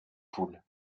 poule